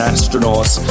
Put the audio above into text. Astronauts